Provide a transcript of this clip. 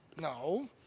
No